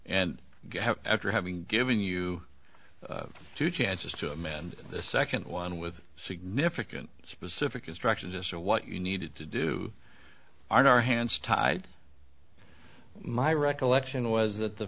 and after having given you two chances to amend the second one with significant specific instructions as to what you needed to do our hands tied my recollection was that the